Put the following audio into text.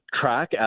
track